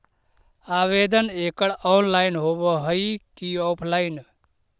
आवेदन एकड़ ऑनलाइन होव हइ की ऑफलाइन?